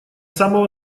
самого